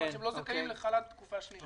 מכיוון שהם לא זכאים לחל"ת בתקופה שנייה.